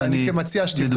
אני מציע שתבדוק בפרוטוקול.